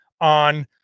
on